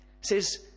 says